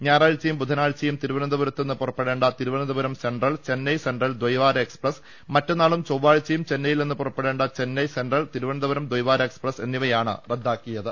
ഞായറാഴ്ചയും ബുധനാഴ്ചയും തിരുവനന്തപുരത്ത് നിന്ന് പുറപ്പെടേണ്ട തിരുവനന്തപുരം സെൻട്രൽ ചെന്നൈ സെൻട്രൽ ദൈവാര എക്സ്പ്രസ് മറ്റന്നാളും ചൊവ്വാഴ്ചയും ചെന്നൈയിൽ നിന്ന് പുറപ്പെടേണ്ട ചെന്നൈ സെൻട്രൽ തിരുവനന്തപുരം ദ്വൈവാര എക്സ്പ്രസ് എന്നിവയാണ് റദ്ദാക്കിയത്